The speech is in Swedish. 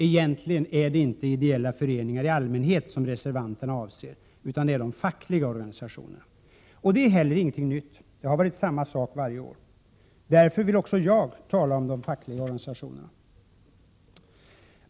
Egentligen är det inte ideella föreningar i allmänhet som reservanterna avser, utan det är de fackliga organisationerna. Och det är heller ingenting nytt. Det har varit samma sak varje år. Därför vill också jag tala om de fackliga organisationerna.